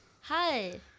Hi